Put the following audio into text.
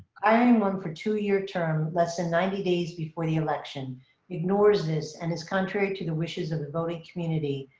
hiring one for two year term, less than ninety days before the election ignores this and is contrary to the wishes of the voting community,